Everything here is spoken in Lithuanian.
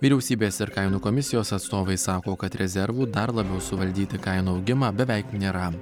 vyriausybės ir kainų komisijos atstovai sako kad rezervų dar labiau suvaldyti kainų augimą beveik nėra